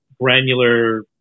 granular